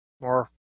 More